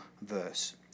verse